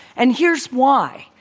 and here's why,